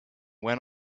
went